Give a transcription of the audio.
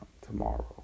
tomorrow